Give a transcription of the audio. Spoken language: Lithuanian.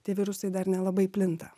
tie virusai dar nelabai plinta